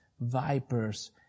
vipers